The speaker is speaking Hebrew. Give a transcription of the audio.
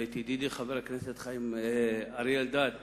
וידידי, חבר הכנסת אריה אלדד,